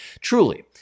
truly